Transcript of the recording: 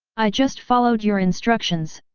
i just followed your instructions,